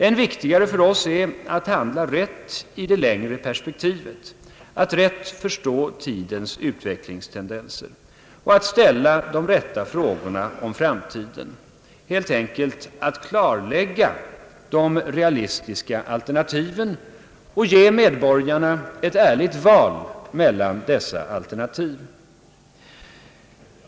Än viktigare är att handla rätt i det längre perspektivet, att rätt förstå tidens utvecklingstendenser och att ställa de rätta frågorna om framtiden; helt enkelt att klarlägga de realistiska alternativen och ge medborgarna ett ärligt val mellan dessa alternativ.